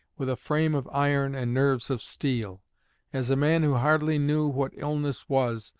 with a frame of iron and nerves of steel as a man who hardly knew what illness was,